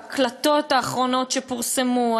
ההקלטות האחרונות שפורסמו,